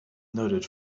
noted